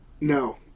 no